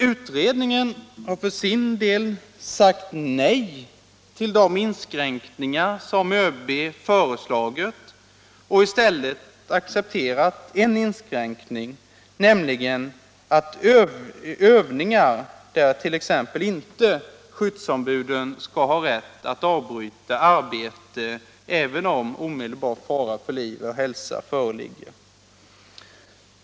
Utredningen har för sin del sagt nej till de inskränkningar som ÖB föreslagit och i stället accepterat endast en inskränkning, nämligen den som gäller övningar där t.ex. inte skyddsombud skall ha rätt att avbryta arbete även om omedelbar fara för liv och hälsa föreligger.